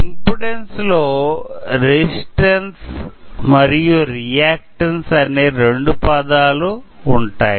impedance లో resistance మరియు reactance అనే రెండు పదాలు ఉంటాయి